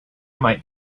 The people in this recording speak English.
might